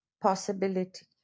possibility